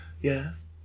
Yes